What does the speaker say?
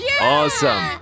Awesome